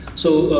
so,